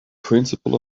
principle